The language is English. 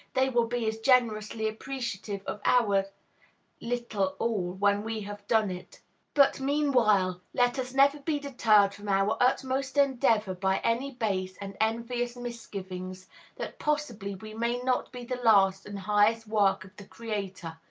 they will be as generously appreciative of our little all when we have done it but, meanwhile, let us never be deterred from our utmost endeavor by any base and envious misgivings that possibly we may not be the last and highest work of the creator,